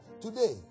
Today